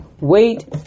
Wait